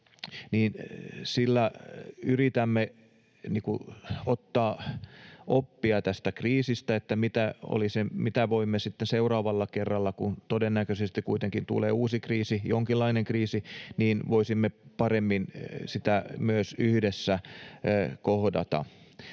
Yritämme sillä tästä kriisistä ottaa oppia, että voisimme sitten seuraavalla kerralla, kun todennäköisesti kuitenkin tulee uusi kriisi, jonkinlainen kriisi, paremmin sen myös yhdessä kohdata.